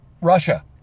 Russia